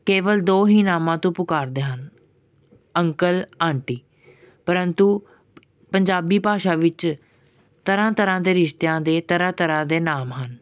ਕੇਵਲ ਦੋ ਹੀ ਨਾਮਾਂ ਤੋਂ ਪੁਕਾਰਦੇ ਹਨ ਅੰਕਲ ਆਂਟੀ ਪ੍ਰੰਤੂ ਪੰਜਾਬੀ ਭਾਸ਼ਾ ਵਿੱਚ ਤਰ੍ਹਾਂ ਤਰ੍ਹਾਂ ਦੇ ਰਿਸ਼ਤਿਆਂ ਦੇ ਤਰ੍ਹਾਂ ਤਰ੍ਹਾਂ ਦੇ ਨਾਮ ਹਨ